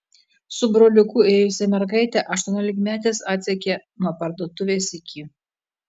su broliuku ėjusią mergaitę aštuoniolikmetės atsekė nuo parduotuvės iki